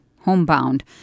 homebound